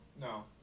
No